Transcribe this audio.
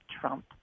Trump